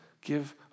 give